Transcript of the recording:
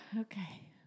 Okay